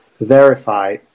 verify